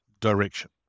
direction